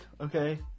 okay